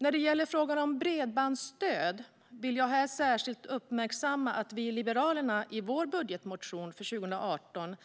När det gäller frågan om bredbandsstöd vill jag särskilt uppmärksamma att vi i Liberalerna i vår budgetmotion för 2018